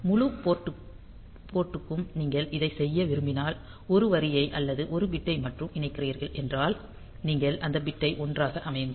முழு போர்ட் டுக்கும் நீங்கள் இதைச் செய்ய விரும்பினால் ஒரு வரியை அல்லது ஒரு பிட்டை மட்டுமே இணைக்கிறீர்கள் என்றால் நீங்கள் அந்த பிட்டை 1 ஆக அமையுங்கள்